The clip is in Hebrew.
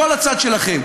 כל הצד שלכם,